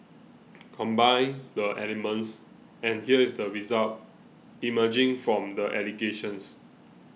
combine the elements and here is the result emerging from the allegations